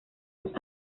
los